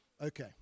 Okay